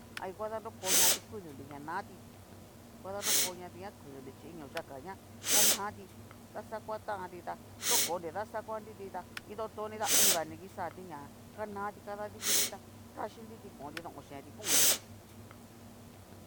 Hay va danrokoñati kudinri ña natíi ngua danrokoñati ña kudinri chí iñoyaka ña ganati, daxakuatanti tá nrokonri daxakuanriti tá, iintotoni ta onga ni kixati ña kanati kadadikiti tá taxhíti konti tu ochénti konti.